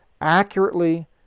accurately